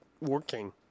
working